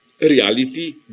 reality